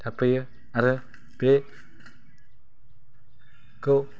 थाफैयो आरो बेखौ